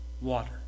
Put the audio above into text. water